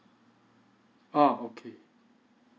ah okay